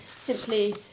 simply